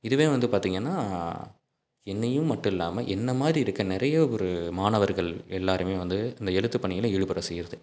இதுவே வந்து பார்த்திங்கனா என்னையும் மட்டும் இல்லாமல் என்னமாதிரி இருக்க நிறைய ஒரு மாணவர்கள் எல்லாருமே வந்து இந்த எழுத்துப்பணியில் ஈடுப்பட செய்யறது